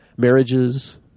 Marriages